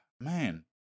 man